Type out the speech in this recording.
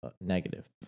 negative